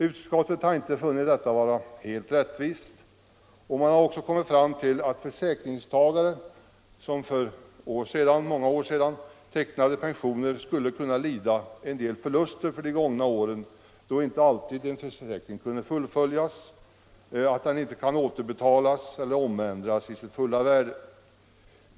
Utskottet har inte funnit detta vara helt rättvist, och man har också kommit fram till att försäkringstagare som för många år sedan tecknade pensionsförsäkringar skulle kunna lida en del förluster på de gångna åren, då inte alltid en försäkring som ej fullföljs återbetalas eller omändras till sitt fulla värde.